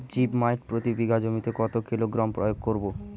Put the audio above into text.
Zip মাইট প্রতি বিঘা জমিতে কত কিলোগ্রাম প্রয়োগ করব?